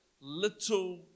little